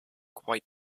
quite